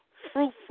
fruitful